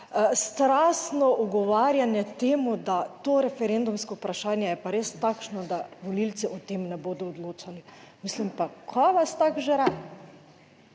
strastno ugovarjanje temu, da to referendumsko vprašanje je pa res takšno, da volivci o tem ne bodo odločali. Mislim pa, kaj vas tako žre?